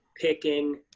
picking